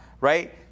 right